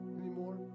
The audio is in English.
anymore